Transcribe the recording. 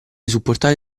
supportare